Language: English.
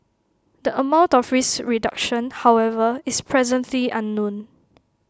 the amount of risk reduction however is presently unknown